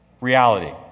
reality